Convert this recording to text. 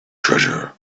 treasure